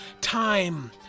Time